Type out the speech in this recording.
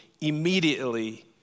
Immediately